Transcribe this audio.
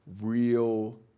real